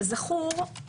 כזכור,